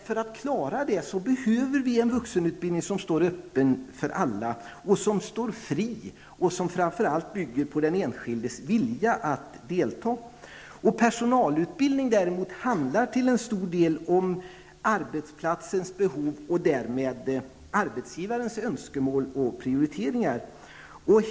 För att klara detta behöver vi en vuxenutbildning som är fri och står öppen för alla och som framför allt bygger på den enskildes vilja att delta. Personalutbildning däremot handlar till stor del om arbetsplatsens behov och därmed arbetsgivarens önskemål och prioriteringar.